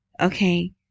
okay